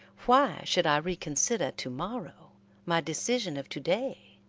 why should i reconsider to-morrow my decision of to-day.